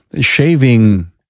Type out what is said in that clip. shaving